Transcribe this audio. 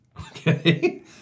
Okay